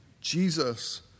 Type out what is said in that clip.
Jesus